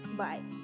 bye